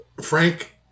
Frank